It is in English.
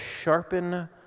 sharpen